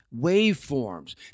waveforms